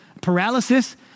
paralysis